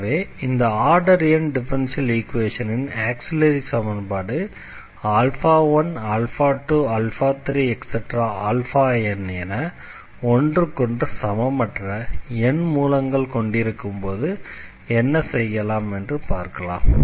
எனவே இந்த order n differential ஈக்வேஷனின் ஆக்ஸிலரி சமன்பாடு 12 3n என ஒன்றுக்கொன்று சமமற்ற n மூலங்கள் கொண்டிருக்கும்போது என்ன செய்யலாம் என்று பார்க்கலாம்